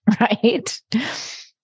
right